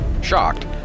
shocked